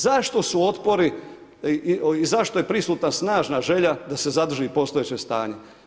Zašto su otpori i zašto je prisutna snažna želja da se zadrži postojeće stanje?